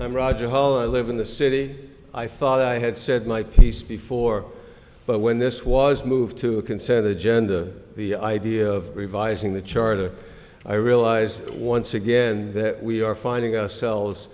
i'm roger hall i live in the city i thought i had said my piece before but when this was moved to a consent agenda the idea of revising the charter i realized once again that we are finding ourselves